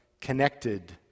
connected